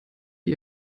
wie